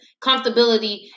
comfortability